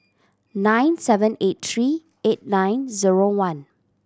nine seven eight three eight nine zero one